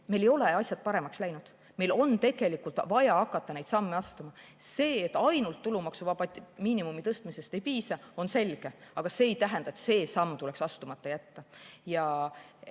Meil ei ole asjad paremaks läinud, meil on vaja hakata neid samme astuma. See, et ainult tulumaksuvaba miinimumi tõstmisest ei piisa, on selge, aga see ei tähenda, et see samm tuleks astumata jätta. Ma